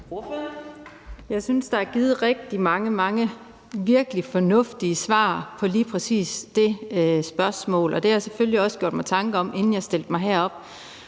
Jeg synes, der er givet rigtig mange virkelig fornuftige svar på lige præcis det spørgsmål. Jeg har selvfølgelig også gjort mig tanker om det, inden jeg stillede mig herop,